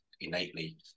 innately